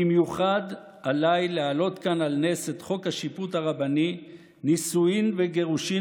במיוחד עליי להעלות כאן על נס את חוק השיפוט הרבני (נישואין וגירושין),